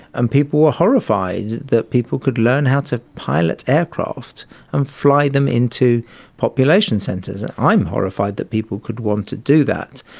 and people were horrified that people could learn how to pilot aircraft and fly them into population centres. and i'm horrified that people could want to do that.